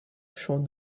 chant